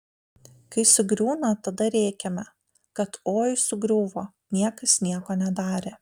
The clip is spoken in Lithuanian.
kai sugriūna tada rėkiame kad oi sugriuvo niekas nieko nedarė